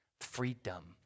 freedom